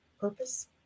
purpose